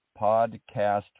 podcast